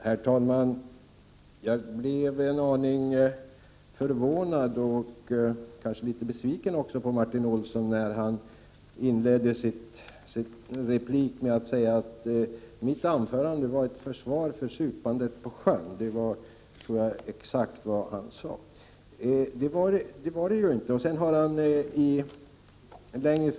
Herr talman! Jag blev en aning förvånad och kanske också litet besviken när Martin Olsson inledde sin replik med att säga att mitt anförande skulle vara ett försvar för supandet på sjön. Jag tror att det är exakt vad han sade — men det stämmer inte.